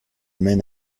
mène